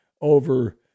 over